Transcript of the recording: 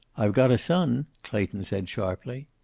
i've got a son, clayton said sharply.